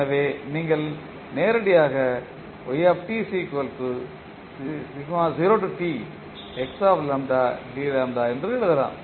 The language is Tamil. எனவே நீங்கள் நேரடியாக என்று எழுதலாம்